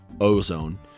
Ozone